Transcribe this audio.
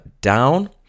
Down